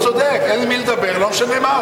נכון, והוא צודק, אין עם מי לדבר, לא משנה מהו.